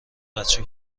بچه